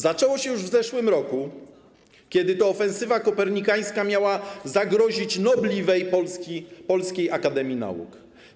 Zaczęło się już w ubiegłym roku, kiedy to ofensywa kopernikańska miała zagrozić nobliwej Polskiej Akademii Nauk.